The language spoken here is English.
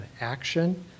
Action